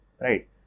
right